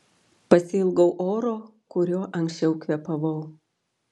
pasiilgau oro kuriuo anksčiau kvėpavau